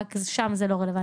רק שם זה לא רלוונטי.